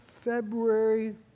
February